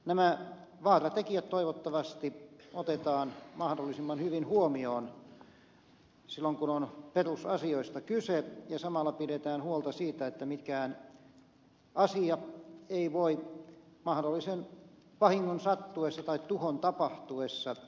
nämä vaaratekijät toivottavasti otetaan mahdollisimman hyvin huomioon silloin kun on perusasioista kyse ja samalla pidetään huolta siitä että mikään asia ei voi mahdollisen vahingon sattuessa tai tuhon tapahtuessa